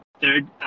third